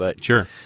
Sure